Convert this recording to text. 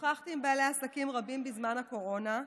שוחחתי עם בעלי עסקים רבים בזמן הקורונה.